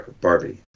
Barbie